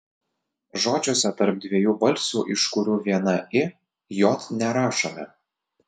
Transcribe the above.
žodžiuose tarp dviejų balsių iš kurių viena i j nerašome